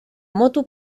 moto